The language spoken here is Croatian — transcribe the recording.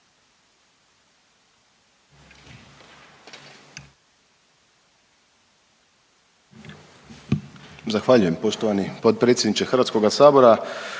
Zahvaljujem poštovani potpredsjedniče, poštovani